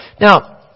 now